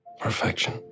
Perfection